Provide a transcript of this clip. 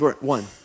one